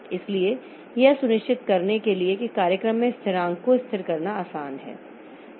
इसलिए यह सुनिश्चित करने के लिए कि कार्यक्रम में स्थिरांक को स्थिर करना आसान है